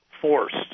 forced